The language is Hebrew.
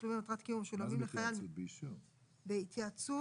תשלומים למטרת קיום המשלמים לחייל --- מה זה בהתייעצות?